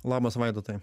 labas vaidotai